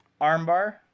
Armbar